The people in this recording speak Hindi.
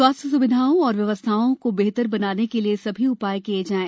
स्वास्थ्य स्विधाओं और व्यवस्थाओं को बेहतर बनाने के लिये सभी उपाय किये जाएँ